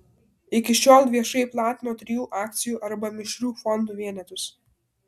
iki šiol viešai platino trijų akcijų arba mišrių fondų vienetus